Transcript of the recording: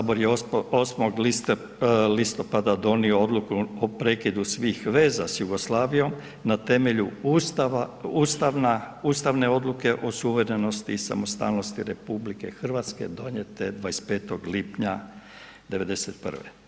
Sabor je 8. listopada donio odluku o prekidu svih veza s Jugoslavijom na temelju ustavne odluke o suverenosti i samostalnosti RH donijete 25. lipnja '91.